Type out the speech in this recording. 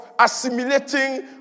assimilating